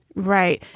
right.